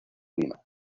lima